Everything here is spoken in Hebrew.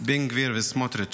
בן גביר וסמוטריץ'.